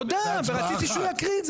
תודה, ורציתי שהוא יקריא את זה.